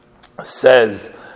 says